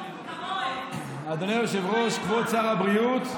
אדוני היושב-ראש, כבוד שר הבריאות,